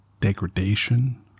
degradation